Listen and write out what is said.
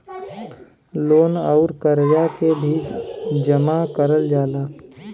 loan अउर करजा के भी जमा करल जाला